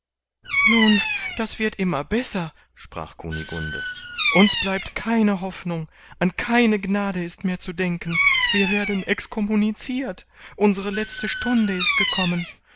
nun das wird immer besser sprach kunigunde uns bleibt keine hoffnung an keine gnade ist mehr zu denken wir werden excommunicirt unsere letzte stunde ist gekommen